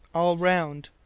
all round.